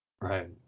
Right